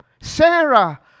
Sarah